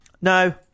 No